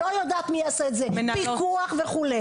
לא יודעת מי יעשה את זה פיקוח וכו'.